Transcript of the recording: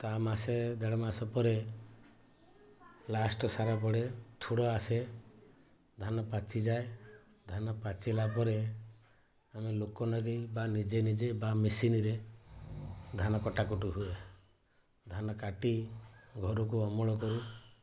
ତା ମାସେ ଦେଢ଼ ମାସ ପରେ ଲାଷ୍ଟ ସାର ପଡ଼େ ଥୋଡ଼ ଆସେ ଧାନ ପାଚିଯାଏ ଧାନ ପାଚିଲା ପରେ ଆମେ ଲୋକ ଲଗାଇ ବା ନିଜେ ନିଜେ ବା ମେସିନ୍ରେ ଧାନ କଟାକଟି ହୁଏ ଧାନ କାଟି ଘରକୁ ଅମଳ କରୁ